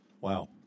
Wow